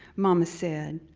mama said,